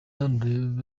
hano